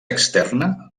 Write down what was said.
externa